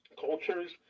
cultures